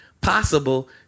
possible